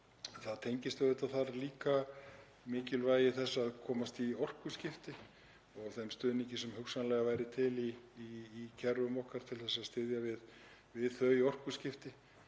Það tengist auðvitað líka mikilvægi þess að komast í orkuskipti og þeim stuðningi sem hugsanlega væri til í kerfunum okkar til að styðja við þau orkuskipti,